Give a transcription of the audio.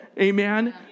Amen